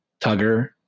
Tugger